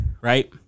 right